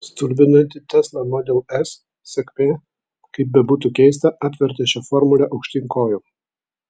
stulbinanti tesla model s sėkmė kaip bebūtų keista apvertė šią formulę aukštyn kojom